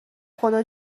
خدا